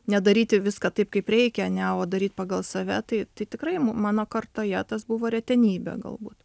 nedaryti viską taip kaip reikia ane o daryt pagal save tai tai tikrai ma mano kartoje tas buvo retenybė galbūt